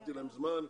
נתתי להם זמן,